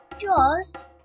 Jaws